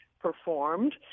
Performed